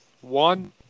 One